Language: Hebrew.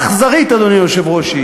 אדוני היושב-ראש,